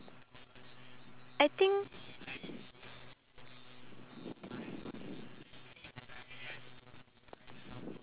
socialise and talk with them it's much different than the way how I were to talk to my friends because